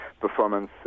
performance